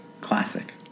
Classic